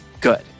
GOOD